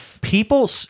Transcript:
People